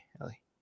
Ellie